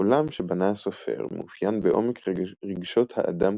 העולם שבנה הסופר מאופיין בעומק רגשות האדם